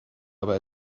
aber